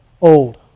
old